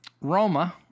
Roma